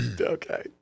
Okay